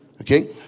Okay